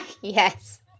yes